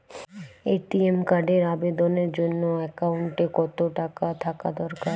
ATM কার্ডের আবেদনের জন্য অ্যাকাউন্টে কতো টাকা থাকা দরকার?